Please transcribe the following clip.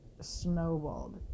Snowballed